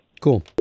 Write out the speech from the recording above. Cool